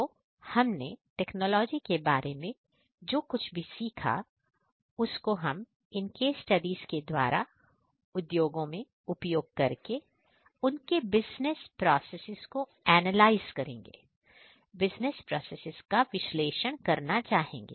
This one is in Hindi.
तो हमने टेक्नोलॉजी के बारे में जो कुछ भी सीखा उसको हम इन केस स्टडीज के द्वारा उद्योगों में उपयोग करके उनके बिजनेस प्रोसेस करेंगे बिजनेस प्रोसेसेस का विश्लेषण करना चाहेंगे